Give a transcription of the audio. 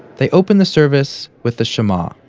they opened the service with the shema,